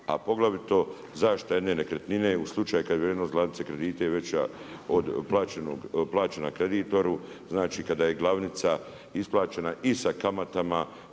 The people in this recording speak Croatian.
a poglavito zaštita jedine nekretnine u slučaju kada je vrijednost glavnice kredita veća od plaćenog, plaćena kreditoru, znači kada je glavnica isplaćena i sa kamatama,